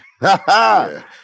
Ha-ha